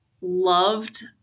loved